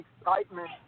excitement